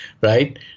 right